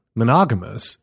monogamous